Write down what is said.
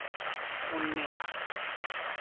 ᱯᱩᱱᱱᱤᱢᱟ